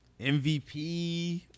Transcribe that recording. MVP